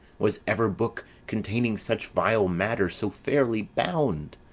was ever book containing such vile matter so fairly bound?